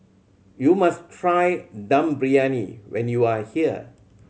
you must try Dum Briyani when you are here